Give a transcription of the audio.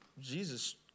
Jesus